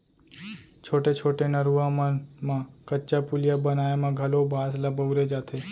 छोटे छोटे नरूवा मन म कच्चा पुलिया बनाए म घलौ बांस ल बउरे जाथे